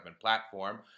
platform